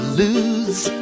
lose